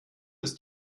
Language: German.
ist